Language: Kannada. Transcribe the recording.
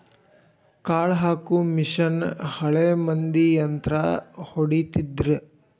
ಕಾಳ ಹಾಕು ಮಿಷನ್ ಹಳೆ ಮಂದಿ ಯಂತ್ರಾ ಹೊಡಿತಿದ್ರ